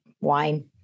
Wine